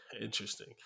interesting